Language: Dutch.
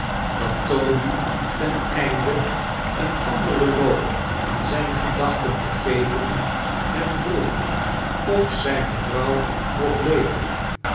dat toby ten elnde een anderen loop aan zijne gedachten te geven hem vroeg of zijne vrouw nog leefde